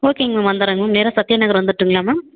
ஓகேங்க மேம் வந்துடுறேங் மேம் நேராக சத்தியா நகர் வந்துடட்டுங்களா மேம்